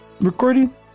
recording